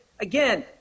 again